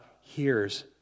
hears